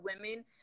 women